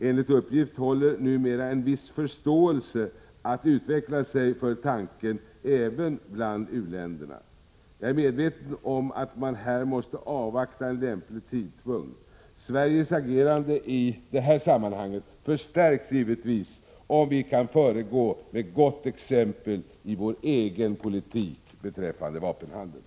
Enligt uppgift håller numera en viss förståelse på att utveckla sig för tanken även bland u-länderna. Jag är också medveten om att man här måste avvakta en lämplig tidpunkt. Sveriges agerande i detta sammanhang förstärks givetvis om vi kan föregå med gott exempel i vår egen politik beträffande vapenhandeln.